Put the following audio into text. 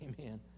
amen